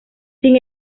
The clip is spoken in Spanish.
sin